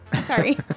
Sorry